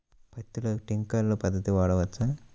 పత్తిలో ట్వింక్లర్ పద్ధతి వాడవచ్చా?